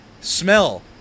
smell